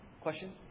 Question